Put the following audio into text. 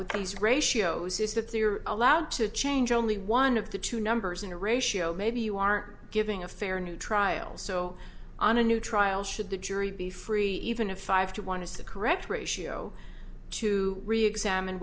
with these ratios is that they are allowed to change only one of the two numbers in a ratio maybe you aren't giving a fair new trial so on a new trial should the jury be free even if five to one is the correct ratio to reexamine